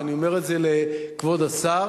ואני אומר את זה לכבוד השר,